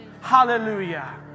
Hallelujah